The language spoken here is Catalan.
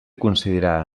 concedirà